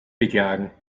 beklagen